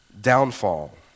downfall